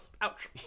Ouch